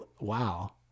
wow